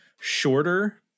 shorter